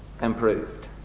improved